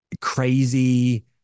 crazy